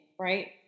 right